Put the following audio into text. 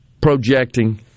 projecting